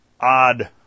odd